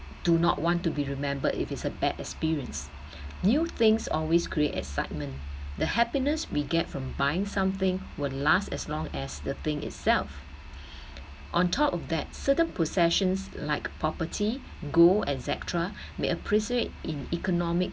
do not want to be remembered if it's a bad experience new things always create excitement the happiness we get from buying something will last as long as the thing itself on top of that certain possessions like property go et cetera may appreciate in economic